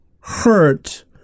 hurt